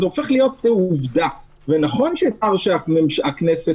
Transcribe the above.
אם הוועדה בסופו של דבר חושבת שיש פה פגיעה מעל הנדרש,